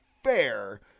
fair